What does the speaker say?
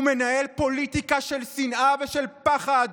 הוא מנהל פוליטיקה של שנאה ושל פחד,